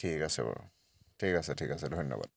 ঠিক আছে বাৰু ঠিক আছে ঠিক আছে ধন্যবাদ